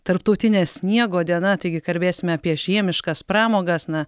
tarptautinė sniego diena taigi kalbėsime apie žiemiškas pramogas na